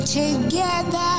together